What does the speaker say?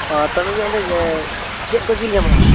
ᱛᱚ ᱢᱮᱱᱫᱟᱹᱧ ᱪᱮᱫ ᱠᱚ ᱡᱤᱞ ᱧᱟᱢᱚᱜᱼᱟ